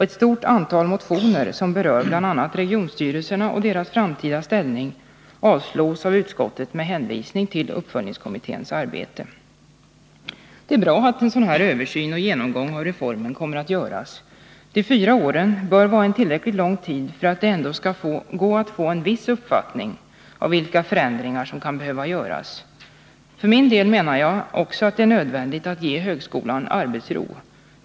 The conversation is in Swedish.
Ett stort antal motioner som berör bl.a. regionstyrelserna och deras framtida ställning avstyrks av utskottet med hänvisning till uppföljningskommitténs arbete. Det är bra att en sådan översyn och genomgång av reformen kommer att göras. De fyra åren bör vara en tillräckligt lång tid för att man skall kunna få en viss uppfattning om vilka förändringar som kan behöva göras. För min del menar jag att det också är nödvändigt att ge högskolan arbetsro.